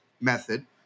method